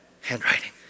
handwriting